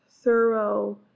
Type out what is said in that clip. thorough